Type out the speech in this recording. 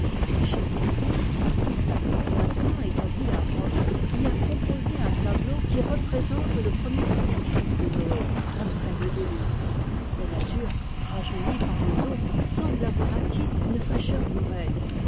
schick autre artiste allemand maintenant établi à rome y a composé un tableau'qui représente le premier sacrifice de noé après le déluge la nature rajeunie par les eaux semble avoir acquis une fraîcheur nouvelle